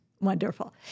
Wonderful